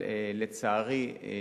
אבל לצערי,